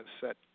set